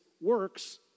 works